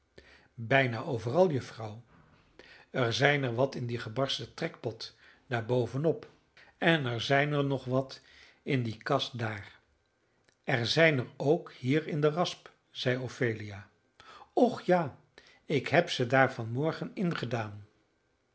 bijna overal juffrouw er zijn er wat in dien gebarsten trekpot daar boven op en er zijn er nog wat in die kast daar er zijn er ook hier in de rasp zeide ophelia och ja ik heb ze daar van morgen ingedaan